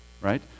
right